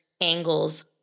angles